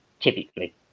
Typically